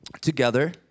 together